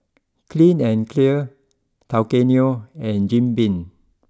Clean and Clear Tao Kae Noi and Jim Beam